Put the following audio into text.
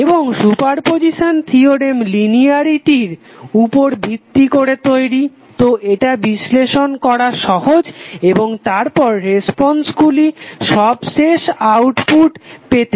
এবং superposition theorem লিনিয়ারিটির উপর ভিত্তি করে তৈরি তো এটা বিশ্লেষণ করা সহজ এবং তারপর রেসপন্সগুলি সর্বশেষ আউটপুট পেতে